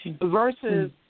versus